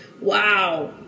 wow